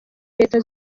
reta